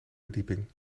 verdieping